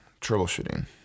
troubleshooting